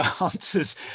answers